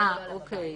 אה, אוקיי.